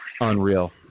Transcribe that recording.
unreal